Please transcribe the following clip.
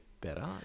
better